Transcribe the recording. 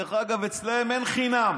דרך אגב, אצלם אין חינם.